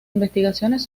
investigaciones